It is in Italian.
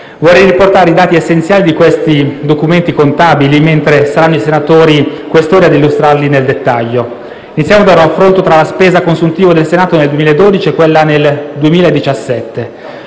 Vorrei riportare i dati essenziali di questi documenti contabili, mentre saranno i senatori Questori a illustrarli nel dettaglio. Iniziamo da un raffronto tra la spesa a consuntivo del Senato nel 2012 e quella nel 2017.